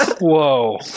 Whoa